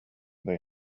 they